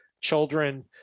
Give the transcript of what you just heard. children